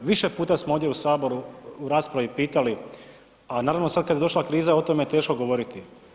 Više puta smo ovdje u Saboru u raspravi pitali, a naravno, sad kad je došla kriza, o tome je teško govoriti.